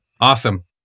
Awesome